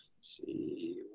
see